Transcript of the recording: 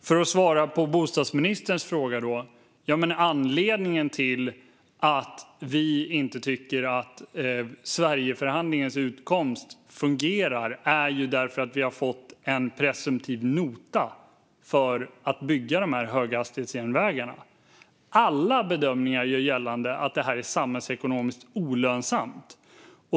För att svara på bostadsministerns fråga: Anledningen till att vi inte tycker att Sverigeförhandlingens utfall fungerar är att vi har fått en presumtiv nota för att bygga höghastighetsjärnvägarna. Alla bedömningar gör gällande att det är samhällsekonomiskt olönsamt.